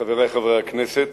חברי חברי הכנסת,